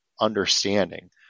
understanding